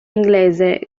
inglese